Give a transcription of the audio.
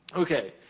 okay,